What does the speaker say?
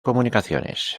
comunicaciones